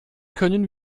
können